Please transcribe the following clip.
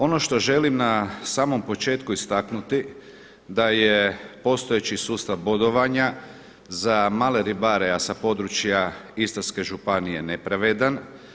Ono što želim na samom početku istaknuti da je postojeći sustav bodovanja za male ribare a sa područja Istarske županije nepravedan.